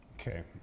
Okay